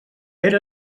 era